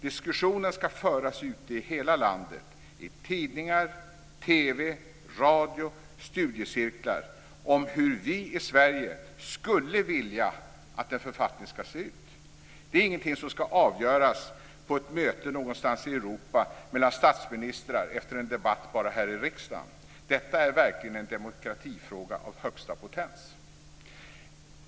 Diskussionen ska föras ute i hela landet - i tidningar, TV, radio och studiecirklar - om hur vi i Sverige vill att en författning ska se ut. Det är ingenting som ska avgöras på ett möte någonstans i Europa mellan statsministrar efter en debatt bara här i riksdagen. Detta är verkligen en demokratifråga av högsta potens.